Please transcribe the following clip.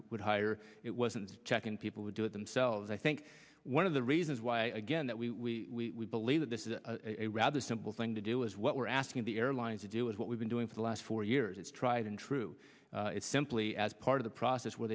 would hire it wasn't checking people who do it themselves i think one of the reasons why again that we believe that this is a rather simple thing to do is what we're asking the airlines to do is what we've been doing for the last four years it's tried and true it simply as part of the process where